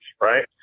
right